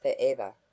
forever